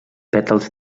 pètals